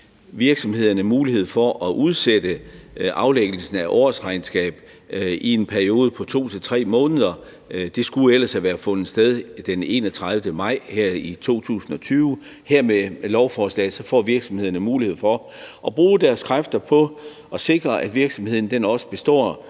virksomhederne mulighed for at udsætte aflæggelsen af årsregnskab i en periode på 2 til 3 måneder. Det skulle ellers have fundet sted den 31. maj her i 2020, men med lovforslaget her får virksomhederne mulighed for at bruge deres kræfter på at sikre, at virksomheden også består,